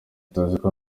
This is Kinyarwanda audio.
tuziko